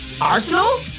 Arsenal